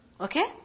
Okay